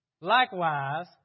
Likewise